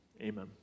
Amen